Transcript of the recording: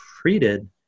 treated